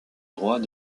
droit